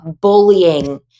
bullying